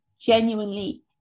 genuinely